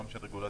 גם של רגולציה,